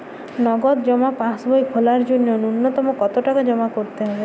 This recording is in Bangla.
নগদ জমা পাসবই খোলার জন্য নূন্যতম কতো টাকা জমা করতে হবে?